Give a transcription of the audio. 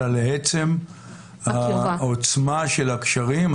אלא לעצם העוצמה של הקשרים,